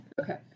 Okay